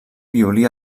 violí